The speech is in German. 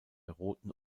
roten